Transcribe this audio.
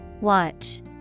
Watch